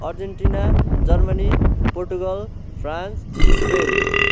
Argentina Germany Portugal France Spain